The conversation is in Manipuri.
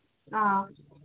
ꯑ